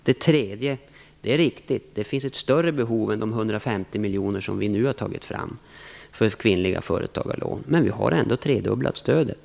Slutligen är det riktigt att det finns ett större behov än de 150 miljoner som vi nu har tagit fram för lån till kvinnliga företagare, men vi har ändå tredubblat stödet.